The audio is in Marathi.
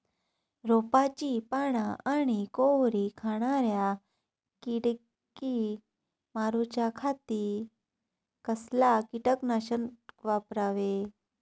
रोपाची पाना आनी कोवरी खाणाऱ्या किडीक मारूच्या खाती कसला किटकनाशक वापरावे?